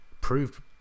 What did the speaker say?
proved